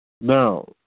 Now